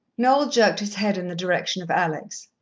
noel jerked his head in the direction of alex.